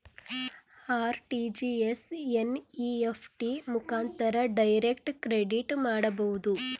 RTGS, NEFT ಮುಖಾಂತರ direct credit ಮಾಡಬಹುದು